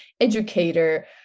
educator